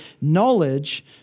knowledge